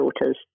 daughters